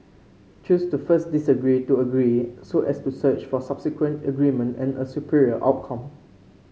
choose to first disagree to agree so as to search for subsequent agreement and a superior outcome